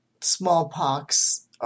smallpox